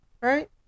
right